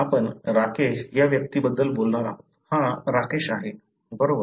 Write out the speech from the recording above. आपण राकेश या व्यक्ती बद्दल बोलणार आहोत हा राकेश आहे बरोबर